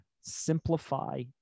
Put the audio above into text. simplify